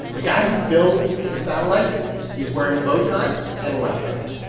the guy who builds the satellites is wearing a bow tie and a lab coat.